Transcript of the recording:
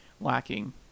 lacking